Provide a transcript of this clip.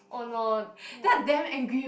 oh no